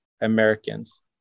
Americans